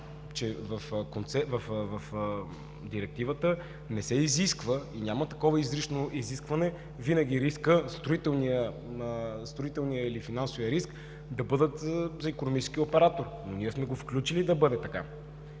в Директивата не се изисква, няма изрично изискване винаги строителният или финансовият риск да бъдат за икономическия оператор, но ние сме го включили да бъде така.